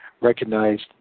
recognized